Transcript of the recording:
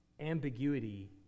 ambiguity